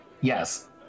Yes